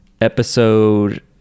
episode